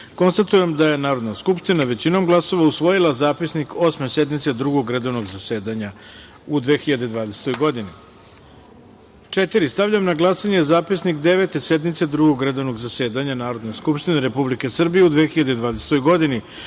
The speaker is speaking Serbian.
15.Konstatujem da je Narodne skupština većinom glasova usvojila Zapisnik Osme sednice Drugog redovnog zasedanja u 2020. godini. Stavljam na glasanje Zapisnik Devete sednice Drugog redovnog zasedanja Narodne skupštine Republike Srbije u 2020. godini,